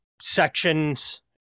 sections